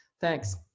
thanks